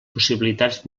possibilitats